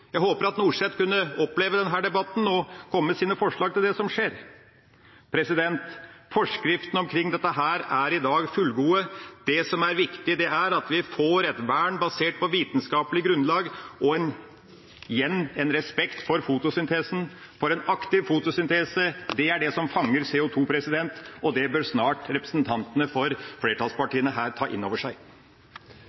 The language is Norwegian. Jeg hadde håpet at Nordseth kunne oppleve denne debatten og komme med sine forslag til det som skjer. Forskriftene omkring dette er i dag fullgode. Det som er viktig, er at vi får et vern basert på vitenskapelig grunnlag og igjen en respekt for fotosyntesen, for en aktiv fotosyntese er det som fanger CO2, og det bør snart representantene for flertallspartiene ta inn over seg.